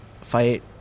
fight